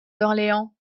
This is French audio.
d’orléans